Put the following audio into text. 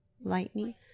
lightning